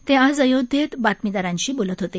ते आज अयोध्येत बातमीदारांशी बोलत होते